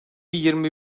yirmi